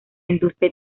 industria